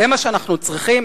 זה מה שאנחנו צריכים?